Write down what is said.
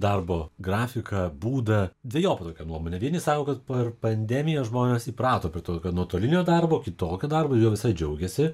darbo grafiką būdą dvejopa tokia nuomonė vieni sako kad per pandemiją žmonės įprato prie tokio nuotolinio darbo kitokio darbo ir jau visai džiaugiasi